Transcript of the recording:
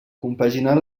compaginar